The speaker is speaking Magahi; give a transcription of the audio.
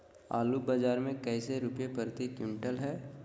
आलू बाजार मे कैसे रुपए प्रति क्विंटल है?